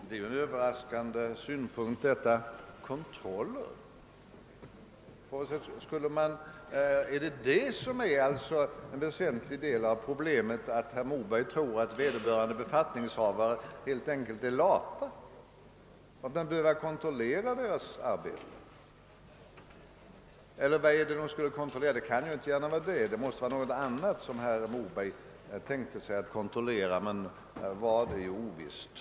Det är ju en överraskande synpunkt att ens tänka på kontroller. Är det en väsentlig del av problemet? Tror herr Moberg att vederbörande befattningshavare helt enkelt är lata och att man behöver kontrollera deras arbete? Det kan ju inte gärna vara det som skulle kontrolleras, utan det måste vara någonting annat. Vad det skulle vara är ovisst.